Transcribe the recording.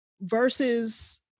versus